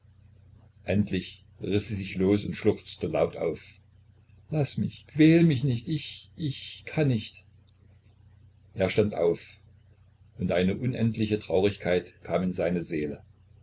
endlich riß sie sich los und schluchzte laut auf laß mich quäl mich nicht ich ich kann nicht er stand auf und eine unendliche traurigkeit kam in seine seele